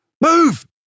Move